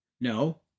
No